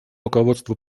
руководство